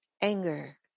anger